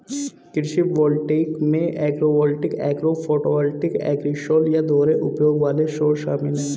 कृषि वोल्टेइक में agrivoltaic agro photovoltaic agrisol या दोहरे उपयोग वाले सौर शामिल है